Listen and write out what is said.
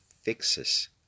fixes